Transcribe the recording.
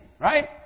right